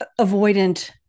avoidant